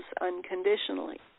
unconditionally